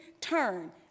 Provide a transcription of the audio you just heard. turn